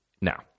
Now